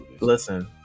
Listen